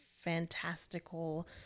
fantastical